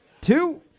two